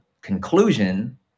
conclusion